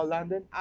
London